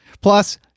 Plus